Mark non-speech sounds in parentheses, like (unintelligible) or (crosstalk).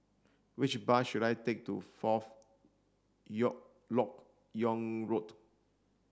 which bus should I take to Fourth (unintelligible) Lok Yang Road